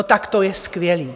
Tak to je skvělé.